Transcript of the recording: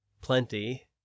plenty